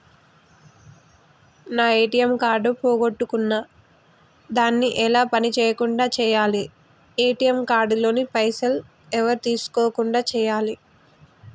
నా ATM card పోగొట్టుకున్నా దాన్ని ఎలా పని చేయకుండా చేయాలి ఏ.టి.ఎమ్ కార్డు లోని పైసలు ఎవరు తీసుకోకుండా చేయాలి?